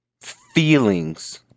feelings